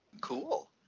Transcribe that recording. Cool